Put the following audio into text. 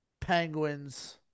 Penguins